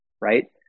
right